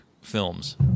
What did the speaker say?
films